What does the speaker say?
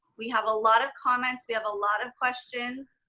we have a lot of comments. we have a lot of questions.